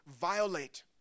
violate